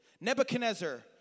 Nebuchadnezzar